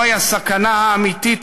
זוהי הסכנה האמיתית,